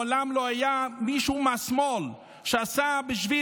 מעולם לא היה מישהו מהשמאל שעשה בשביל